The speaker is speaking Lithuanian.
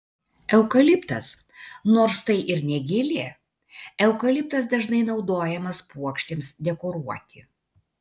eukaliptas nors tai ir ne gėlė eukaliptas dažnai naudojamas puokštėms dekoruoti